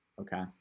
Okay